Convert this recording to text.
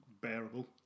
bearable